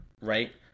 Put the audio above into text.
right